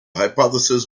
hypothesis